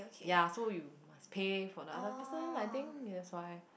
ya so you must pay for the other person I think that's why